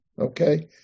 okay